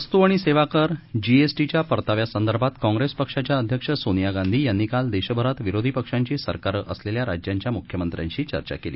वस्तू आणि सेवा कर जीएसटीच्या परताव्यासंदर्भात काँप्रेस पक्षाच्या अध्यक्ष सोनिया गांधी यांनी काल देशभरात विरोधी पक्षांची सरकारं असलेल्या राज्यांच्या मुख्यमंत्र्यांशी चर्चा केली